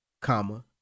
comma